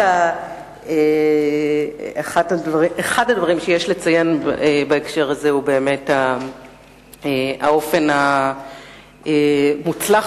אחד הדברים שיש לציין בהקשר הזה הוא באמת האופן המוצלח